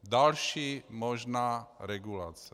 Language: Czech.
Další možná regulace.